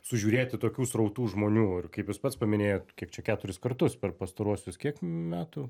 sužiūrėti tokių srautų žmonių ir kaip jūs pats paminėjot kaip čia keturis kartus per pastaruosius kiek metų